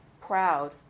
proud